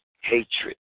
hatred